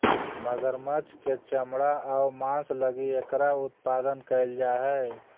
मगरमच्छ के चमड़ा आउ मांस लगी एकरा उत्पादन कैल जा हइ